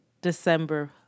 December